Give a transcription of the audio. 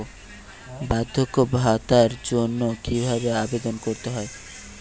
বার্ধক্য ভাতার জন্য কিভাবে আবেদন করতে হয়?